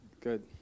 good